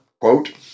Quote